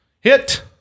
Hit